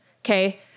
okay